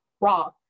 raw